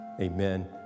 Amen